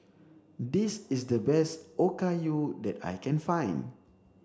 this is the best Okayu that I can find